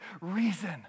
reason